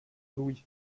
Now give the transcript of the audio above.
louis